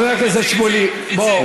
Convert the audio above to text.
איציק, איציק, חבר הכנסת שמולי, בוא.